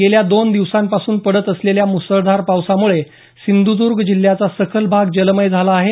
गेल्या दोन दिवसांपासून पडत असलेल्या मुसळधार पावसामूळे सिंधुदुर्ग जिल्ह्याचा सखल भाग जलमय झाला आहे